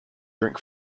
drink